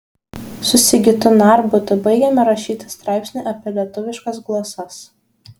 su sigitu narbutu baigėme rašyti straipsnį apie lietuviškas glosas